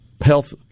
health